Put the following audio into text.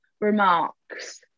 remarks